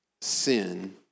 sin